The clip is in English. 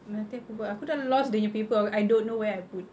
nanti aku buat ah aku dah lost dia punya paper I don't know where I put